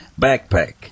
backpack